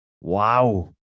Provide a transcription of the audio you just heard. Wow